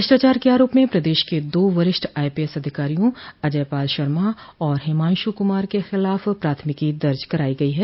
भ्रष्टाचार के आरोप में प्रदेश के दा वरिष्ठ आईपीएस अधिकारियों अजय पाल शर्मा और हिमांश् कुमार के खिलाफ प्राथमिकी दर्ज कराई गई है